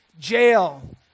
jail